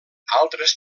altres